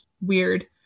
weird